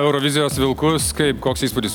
eurovizijos vilkus kaip koks įspūdis